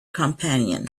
companion